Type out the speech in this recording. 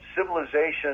civilization